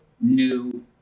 new